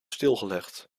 stilgelegd